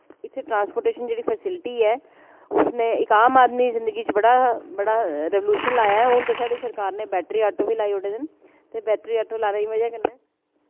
इत्थै ट्रांसपोर्टेशन जेह्ड़ी फैसिलिटी ऐ उसने इक आम आदमी दी जिंदगी च बड़ा बड़ा रेवोलुशन लाया ऐ हून ते साढ़ी सरकार नै बैटरी आटो बी लाई ओड़े दे न ते बैटरी आटो लाने दी वजह कन्नै